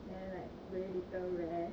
then like very little rest